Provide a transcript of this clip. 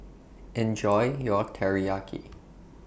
Enjoy your Teriyaki